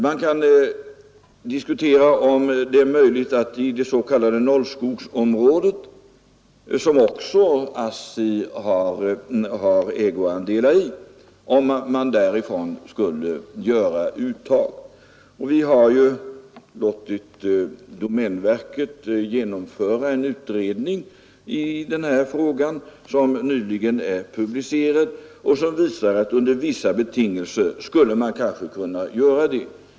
Man kan också diskutera om det är möjligt att göra uttag från det s.k. nollskogsområdet, som också ASSI har ägoandelar i. Vi har låtit domänverket genomföra en utredning i den här frågan, vilken nyligen har publicerats och som visar att man under vissa betingelser kanske skulle kunna göra det.